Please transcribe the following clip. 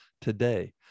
today